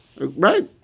Right